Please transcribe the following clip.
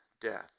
death